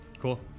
Cool